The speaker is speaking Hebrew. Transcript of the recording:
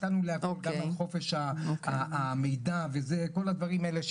נתנו להם גם את חופש המידע וזה כל הדברים האלה.